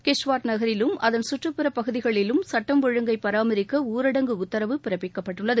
கிஷ்ட்வார் நகிலும் அதன் கற்றப்புற பகுதிகளிலும் சுட்டம் ஒழுங்கை பராமரிக்க ஊரடங்கு உத்தரவு பிறப்பிக்கப்பட்டுள்ளது